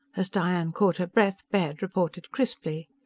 as diane caught her breath, baird reported crisply.